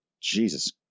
Jesus